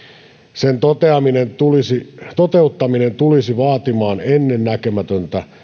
sen toteuttaminen tulisi toteuttaminen tulisi vaatimaan ennennäkemätöntä